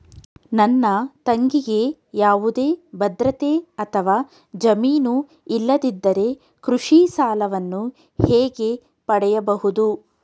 ನನ್ನ ತಂಗಿಗೆ ಯಾವುದೇ ಭದ್ರತೆ ಅಥವಾ ಜಾಮೀನು ಇಲ್ಲದಿದ್ದರೆ ಕೃಷಿ ಸಾಲವನ್ನು ಹೇಗೆ ಪಡೆಯಬಹುದು?